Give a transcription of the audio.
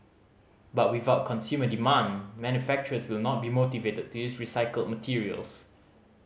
but without consumer demand manufacturers will not be motivated to use recycled materials